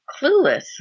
Clueless